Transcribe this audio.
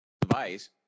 device